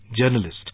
Journalist